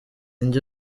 njye